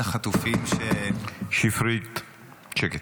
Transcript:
שפרית, שקט.